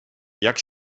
jak